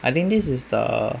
I think this is the